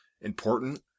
important